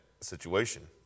situation